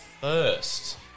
first